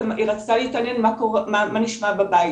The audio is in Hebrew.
והיא רצתה להתעניין מה נשמע בבית.